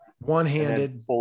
One-handed